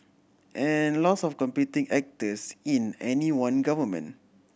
and lots of competing actors in any one government